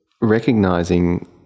recognizing